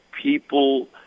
people